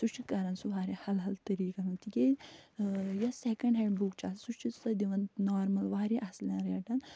سُہ چھُ کَران سُہ وارِیاہ حلحل طٔریٖقَن تِکیٛازِ یۄس سٮ۪کٮ۪نٛڈ ہینٛڈ بُک چھِ آسان سُہ چھِ سۄ دِوان نارمل وارِیاہ اَصلٮ۪ن ریٹن